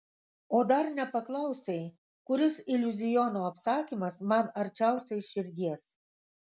o dar nepaklausei kuris iliuziono apsakymas man arčiausiai širdies